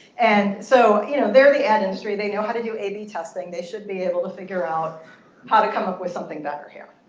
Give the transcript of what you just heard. and so, you know, they're the ad industry. they know how to do a a b testing. they should be able to figure out how to come up with something better here.